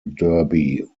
derby